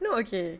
no okay